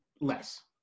less